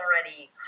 already